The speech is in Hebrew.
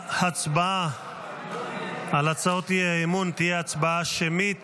ההצבעה על הצעות האי-אמון תהיה הצבעה שמית,